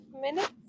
minutes